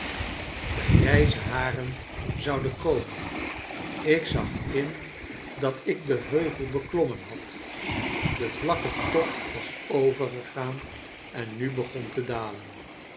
de grijze liaren zouden komen ik zag in dat ik den heuvel beklommen had den vlakken top was overgegaan en nu begon te dalen